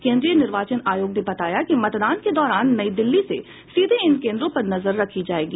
केंद्रीय निर्वाचन आयोग ने बताया कि मतदान के दौरान नई दिल्ली से सीधे इन केंद्रों पर नजर रखी जायेगी